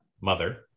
mother